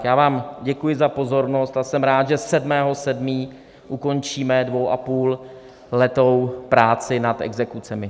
Já vám děkuji za pozornost a jsem rád, že 7. 7. ukončíme dvouapůlletou práci nad exekucemi.